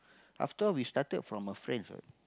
after we started from a friends right